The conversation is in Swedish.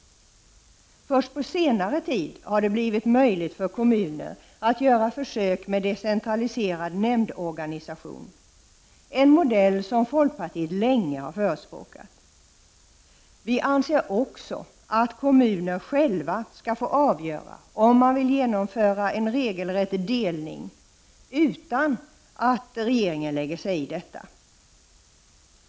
Först på senare tid har det blivit möjligt för kommuner att göra försök med en decentraliserad nämndorganisation — en modell som folkpartiet länge har förespråkat. Vi i folkpartiet anser också att kommunerna själva skall få avgöra om de vill genomföra en regelrätt delning utan att regeringen lägger sig i detta.